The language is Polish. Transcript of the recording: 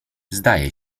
zdaje